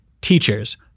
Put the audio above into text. teachers